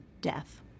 death